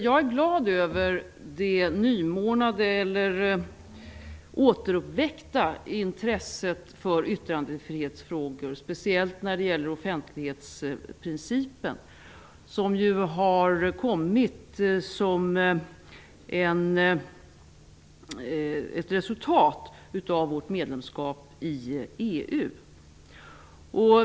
Jag är glad över det nymornade eller återuppväckta intresset för yttrandefrihetsfrågor, speciellt när det gäller offentlighetsprincipen, som har kommit som ett resultat av vårt medlemskap i EU.